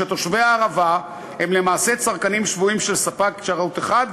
שתושבי הערבה הם למעשה צרכנים שבויים של ספק שירות אחד,